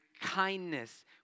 kindness